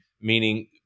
meaning